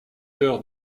cœur